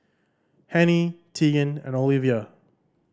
Hennie Teagan and Olivia